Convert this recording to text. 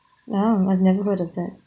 oh I've never heard of that